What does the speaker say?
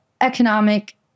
economic